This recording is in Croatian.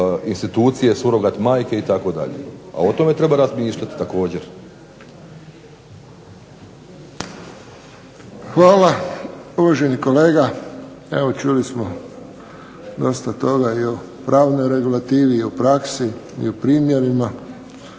Hvala uvaženi kolega. Evo čuli smo dosta toga i o pravnoj regulativi, i o praksi, i u primjerima.